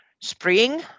spring